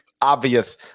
obvious